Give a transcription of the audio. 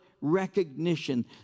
recognition